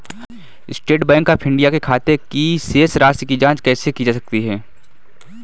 State bank of India के खाते की शेष राशि की जॉंच कैसे की जा सकती है?